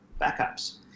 backups